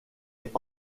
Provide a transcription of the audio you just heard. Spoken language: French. est